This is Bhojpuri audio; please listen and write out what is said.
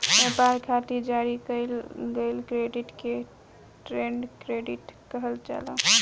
ब्यपार खातिर जारी कईल गईल क्रेडिट के ट्रेड क्रेडिट कहल जाला